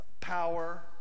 power